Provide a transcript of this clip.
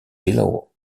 below